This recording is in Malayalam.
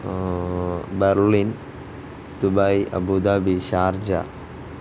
Berlin Dubai Abu Dhabi Sharjah